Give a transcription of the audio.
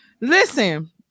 listen